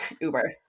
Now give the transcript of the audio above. Uber